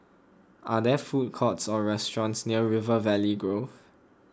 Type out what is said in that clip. are there food courts or restaurants near River Valley Grove